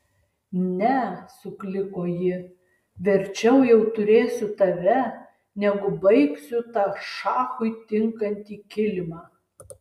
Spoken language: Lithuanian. ne sukliko ji verčiau jau turėsiu tave negu baigsiu tą šachui tinkantį kilimą